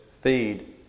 feed